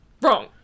Wrong